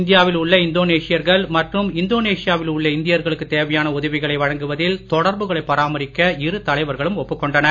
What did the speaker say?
இந்தியாவில் உள்ள இந்தோனேஷியர்கள் மற்றும் இந்தோனேஷியாவில் உள்ள இந்தியர்களுக்கு தேவையான உதவிகளை வழங்குவதில் தொடர்புகளை பராமரிக்க இரு தலைவர்களும் ஒப்புக் கொண்டனர்